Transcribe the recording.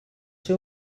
ser